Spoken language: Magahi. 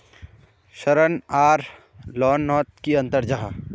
ऋण आर लोन नोत की अंतर जाहा?